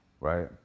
right